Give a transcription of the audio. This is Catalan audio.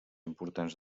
importants